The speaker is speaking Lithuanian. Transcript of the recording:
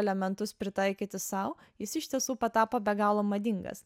elementus pritaikyti sau jis iš tiesų patapo be galo madingas